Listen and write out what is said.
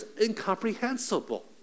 incomprehensible